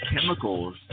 chemicals